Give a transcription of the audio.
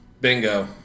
Bingo